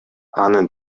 анын